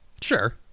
Sure